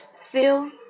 feel